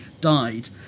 died